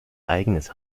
eigenes